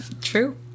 True